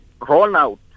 rollout